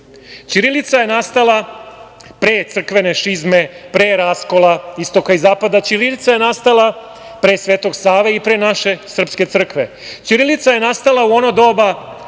je nastala pre crkvene šizme, pre raskola Istoka i Zapada, ćirilica je nastala pre Svetog Save i pre naše srpske crkve. Ćirilica je nastala u ono doba